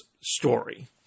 story